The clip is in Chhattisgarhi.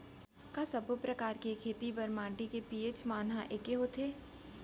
का सब्बो प्रकार के खेती बर माटी के पी.एच मान ह एकै होथे?